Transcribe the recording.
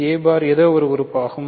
a bar ஏதோ ஒரு உறுப்பாகும்